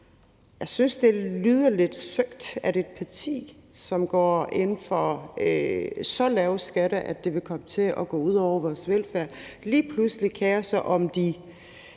Jeg synes, det klinger lidt hult, at en person, som går ind for så lave skatter, at det vil komme til at gå ud over vores velfærd, lige pludselig kerer sig om de